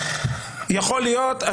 יכול להיות.